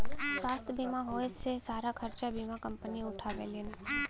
स्वास्थ्य बीमा होए पे सारा खरचा बीमा कम्पनी उठावेलीन